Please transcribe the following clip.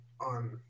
on